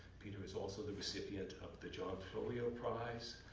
peter is also the recipient of the john florio prize.